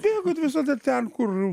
bėgu visada ten kur